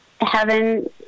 heaven